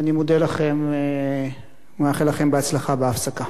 ואני מודה לכם ומאחל לכם הצלחה בהפסקה.